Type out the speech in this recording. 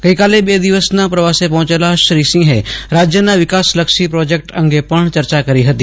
ગઈકાલે બે દિવસના પ્રવાસે પહોંચેલા શ્રી સિંહે રાજ્યના વિકાસલક્ષી પ્રોજેક્ટ અંગે પજ્ઞ ચર્ચા કરી હતી